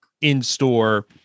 in-store